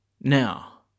Now